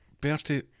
Bertie